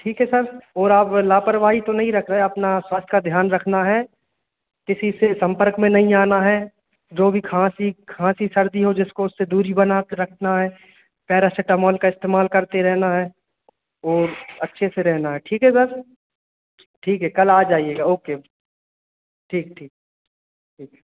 ठीक है सर और आप लापरवाही तो नहीं रख रहे हैं अपना स्वास्थ का ध्यान रखना हैं किसी से संपर्क में नहीं आना हैं जो भी खाँसी खाँसी सर्दी हो जिसको उससे दूरी बना कर रखना है पैरासीटामोल का इस्तेमाल करते रहना हैं और अच्छे से रहना है ठीक है सर ठीक है कल आ जाइएगा ओके ठीक ठीक ठीक